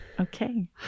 Okay